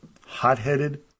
hot-headed